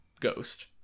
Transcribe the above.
ghost